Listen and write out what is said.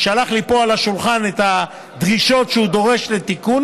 הוא שלח לי פה לשולחן את הדרישות שהוא דורש לתיקון.